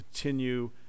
continue